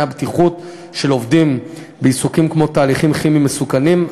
הבטיחות של עובדים בעיסוקים כמו תהליכים כימיים מסוכנים,